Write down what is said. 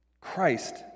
Christ